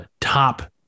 top